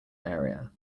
area